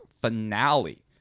finale